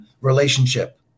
relationship